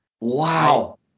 Wow